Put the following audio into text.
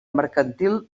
mercantil